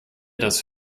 das